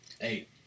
eight